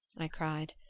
i cried,